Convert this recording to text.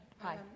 Hi